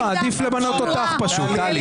לא, עדיף פשוט למנות אותך, טלי.